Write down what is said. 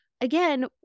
again